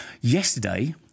Yesterday